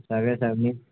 సరే సని